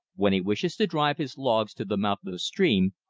when he wishes to drive his logs to the mouth of the stream,